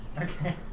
Okay